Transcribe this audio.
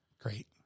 Great